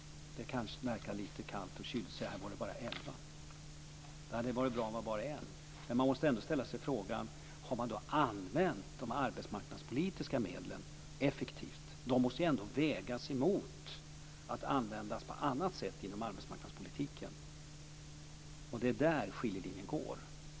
Det kan verka lite kallt, lite kyligt, att säga att det handlar om bara elva. Frågan måste ändå ställas: Har man använt de arbetsmarknadspolitiska medlen effektivt? De måste trots allt vägas mot en annan användning genom arbetsmarknadspolitiken. Det är där som skiljelinjen går.